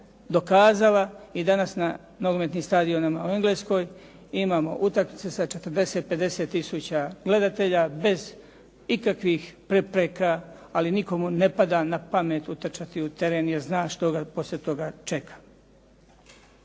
dokazala i danas na nogometnim stadionima u Engleskoj imamo utakmice sa 40, 50 tisuća gledatelja bez ikakvih prepreka, ali nikome ne pada na pamet utrčati u teren jer zna što ga poslije toga čeka.